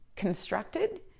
Constructed